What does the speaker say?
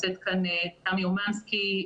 נמצאת כאן תמי אומנסקי,